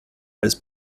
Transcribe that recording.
als